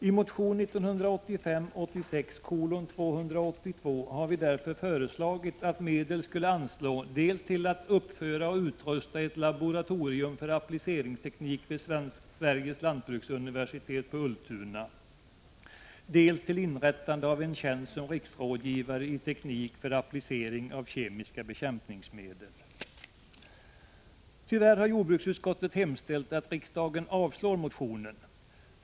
I motion 1985/86:282 har vi därför föreslagit att medel skulle anslås dels till att uppföra och utrusta ett laboratorium för appliceringsteknik vid Sveriges lantbruksuniversitet på Ultuna, dels till inrättande av en tjänst som riksrådgivare i teknik för applicering av kemiska bekämpningsmedel. Tyvärr har jordbruksutskottet hemställt att riksdagen avslår motionen.